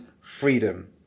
freedom